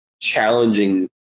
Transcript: challenging